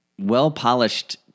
well-polished